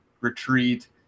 retreat